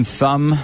thumb